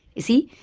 you see,